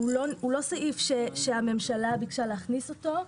הוא לא סעיף שהממשלה ביקשה להכניס אותו.